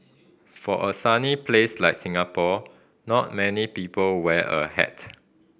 for a sunny place like Singapore not many people wear a hat